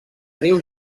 riu